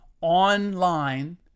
online